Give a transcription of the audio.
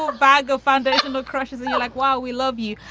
um bargo funding um ah crushes. and you like, wow, we love you.